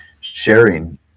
sharing